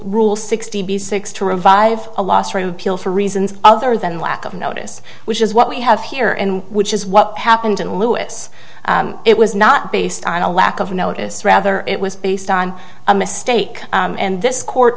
rule sixty b six to revive a loss road kill for reasons other than lack of notice which is what we have here and which is what happened in lewis it was not based on a lack of notice rather it was based on a mistake and this court